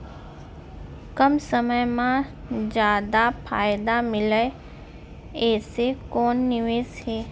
कम समय मा जादा फायदा मिलए ऐसे कोन निवेश हे?